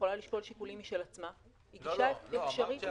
ויכולה לשקול שיקולים משל עצמה היא גישה אפשרית --- אמרת